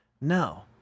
No